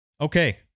okay